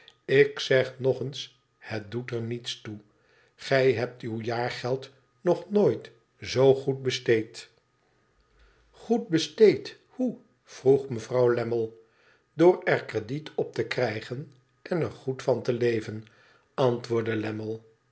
ik zeg nog eens het doet er niets toe gij hebt uw jaargeld nog nooit zoo goed besteed goed besteed hoe vroeg mevrouw lammie door er krediet op te krijgen en er goed van te leven antwoordde